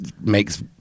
makes